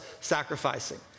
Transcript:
sacrificing